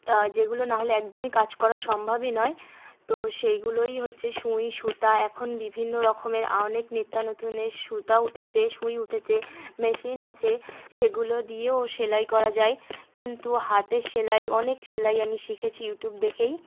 যেগুলো না হলে একদমই কাজ করা সম্ভবই নয় তো সেইগুলোই হচ্ছে শুঁই সুতা এখন বিভিন্ন রকমের অনেক নিত্য্যা নতুনের সুতা উঠেছে শুঁই উঠেছে মেশিন আছে সেগুলো দিয়েও সেলাই করা যায় কিন্তু হাতের সেলাই অনেক সেলাই আমি শিখেছি ইউটিউব দেখেই